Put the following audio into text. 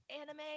anime